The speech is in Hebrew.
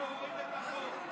נא להוריד את החוק.